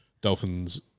Dolphins